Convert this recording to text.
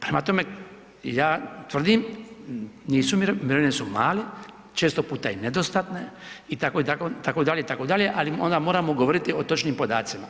Prema tome, ja tvrdim mirovine su male, često puta i nedostatne itd., itd., ali onda moramo govoriti o točnim podacima.